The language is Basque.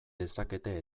dezakete